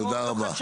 הבנתי.